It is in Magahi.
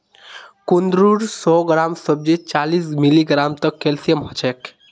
कुंदरूर सौ ग्राम सब्जीत चालीस मिलीग्राम तक कैल्शियम ह छेक